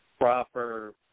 proper